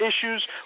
issues